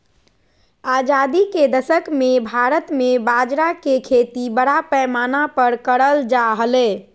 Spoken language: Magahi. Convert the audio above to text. आजादी के दशक मे भारत मे बाजरा के खेती बड़ा पैमाना पर करल जा हलय